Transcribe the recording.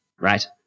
right